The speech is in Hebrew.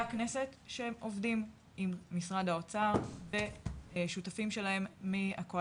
הכנסת שעובדים עם משרד האוצר והשותפים שלו.